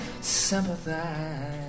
sympathize